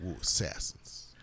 Assassins